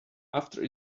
after